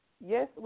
Yes